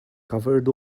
covered